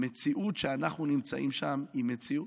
המציאות שאנחנו נמצאים שם היא מציאות.